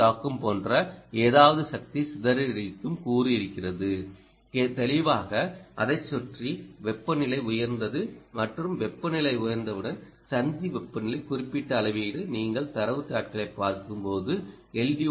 யைத் தாக்கும் போன்ற ஏதாவது சக்தி சிதறடிக்கும் கூறு இருக்கிறது தெளிவாக அதைச் சுற்றி வெப்பநிலை உயர்ந்தது மற்றும் வெப்பநிலை உயர்ந்தவுடன் சந்திப்பு வெப்பநிலை குறிப்பிடப்பட்ட அளவீடடு நீங்கள் தரவுத் தாள்களைப் பார்க்கும்போது எல்